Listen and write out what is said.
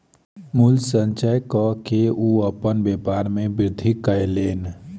मूल्य संचय कअ के ओ अपन व्यापार में वृद्धि कयलैन